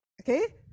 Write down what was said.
Okay